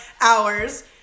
hours